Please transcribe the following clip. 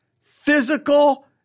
physical